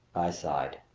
i sighed.